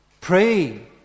Pray